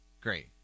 Great